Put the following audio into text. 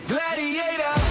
Gladiator